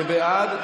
בעד,